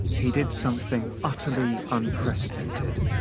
he did something utterly unprecedented.